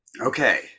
Okay